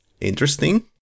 interesting